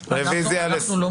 הכבוד.